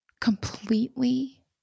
completely